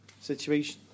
situation